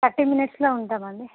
thirty మినిట్స్లో ఉంటామండి